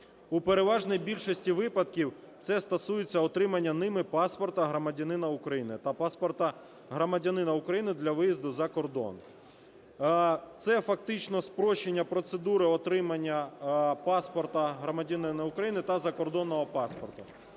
У переважній більшості випадків це стосується отримання ними паспорта громадянина України та паспорта громадянина України для виїзду за кордон. Це фактично спрощення процедури отримання паспорту громадянина України та закордонного паспорту.